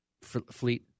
fleet